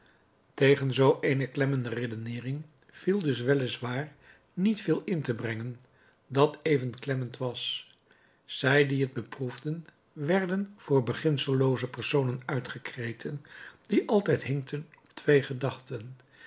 tegen eene zoo klemmende redeneering viel nu wel is waar niet veel in te brengen dat even klemmend was zij die het beproefden werden voor beginsellooze personen uitgekreten die altijd hinkten op twee gedachten